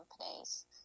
companies